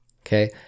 Okay